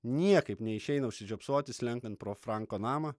niekaip neišeina užsižiopsoti slenkant pro franko namą